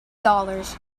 dollars